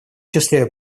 числе